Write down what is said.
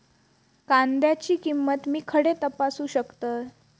कांद्याची किंमत मी खडे तपासू शकतय?